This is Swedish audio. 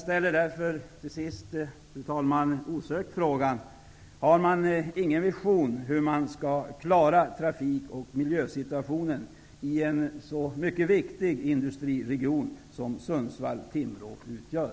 Slutligen, fru talman, ställer jag osökt frågan om huruvida man har någon vision om hur miljö och trafiksituationen skall klaras i en sådan viktig industriregion som Sundsvall--Timrå utgör.